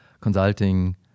consulting